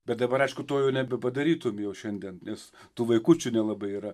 bet dabar aišku to jau nebepadarytum jau šiandien nes tų vaikučių nelabai yra